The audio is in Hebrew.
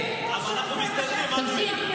אנחנו מסתדרים, אחמד.